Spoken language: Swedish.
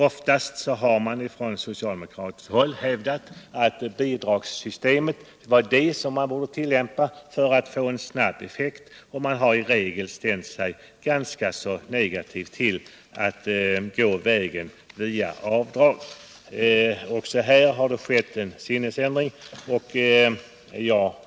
Oftast har man från socialdemokratiskt håll hävdat att bidragssystemet är det som borde tillämpas för att ge snabb effekt, och man har i regel ställt sig ganska negativ till att gå vägen via avdrag. Också här har det skett en sinnesändring.